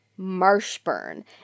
Marshburn